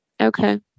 Okay